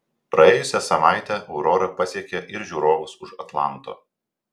praėjusią savaitę aurora pasiekė ir žiūrovus už atlanto